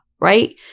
Right